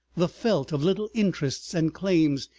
the felt of little interests and claims,